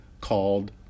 called